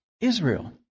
Israel